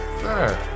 sure